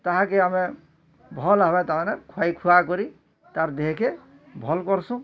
ତାହାକେ ଆମେ ଭଲ ହେବା ତାମାନେ ଖୁଆଇ ଖୁଆ କରି ତା'ର ଦେହେକେ ଭଲ୍ କରୁସୁନ୍